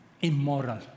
immoral